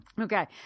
Okay